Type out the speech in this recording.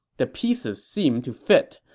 the pieces seemed to fit,